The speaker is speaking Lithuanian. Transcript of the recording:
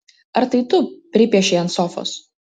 ar tai tu pripiešei ant sofos